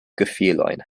gefilojn